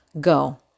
go